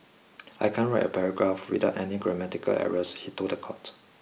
I can't write a paragraph without any grammatical errors he told the court